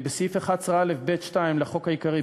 "בסעיף 11(א)(ב)(2) לחוק העיקרי,